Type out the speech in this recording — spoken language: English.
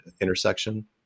intersection